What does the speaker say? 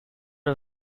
are